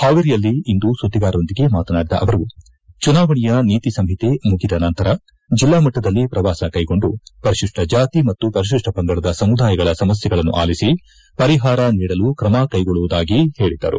ಹಾವೇರಿಯಲ್ಲಿಂದು ಸುದ್ದಿಗಾರರೊಂದಿಗೆ ಮಾತನಾಡಿದ ಅವರು ಚುನಾವಣೆಯ ನೀತಿಸಂಹಿತೆ ಮುಗಿದ ನಂತರ ಜಿಲ್ಲಾ ಮಟ್ಟದಲ್ಲಿ ಪ್ರವಾಸ ಕೈಗೊಂಡು ಪರಿಶಿಷ್ಟ ಜಾತಿ ಮತ್ತು ಪರಿಶಿಷ್ಟ ಪಂಗಡಗಳ ಸಮುದಾಯದವರ ಸಮಸ್ಥೆಗಳನ್ನು ಆಲಿಸಿ ಪರಿಹಾರ ನೀಡಲು ಕ್ರಮ ಕೈಗೊಳ್ಳುವುದಾಗಿ ಹೇಳಿದರು